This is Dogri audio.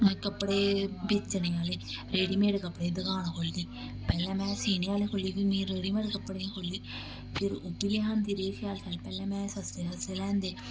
कपड़े बेचने आह्ले रेडीमेड कपड़े दकान खोह्ल्ली पैह्लें में सीने आह्ले खोह्ल्ली फ्ही में रेडीमेड कपड़े खोह्ल्ली फिर ओह् बीी लेआंदी रेही शैल शैल पैह्लें में सस्ते सस्ते लेआंदे